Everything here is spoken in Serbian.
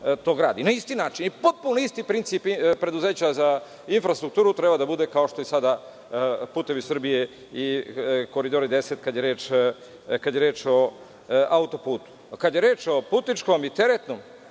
to gradi. Na isti način i potpuno isti princip preduzeća za infrastrukturu treba da bude kao što je sada „Putevi Srbije“ i K10, kada je reč o autoputu. Kada je reč o putničkom i teretnom.